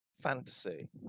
fantasy